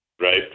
right